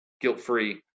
guilt-free